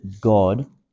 God